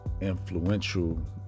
Influential